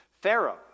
Pharaoh